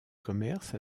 commerce